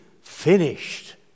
finished